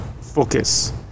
focus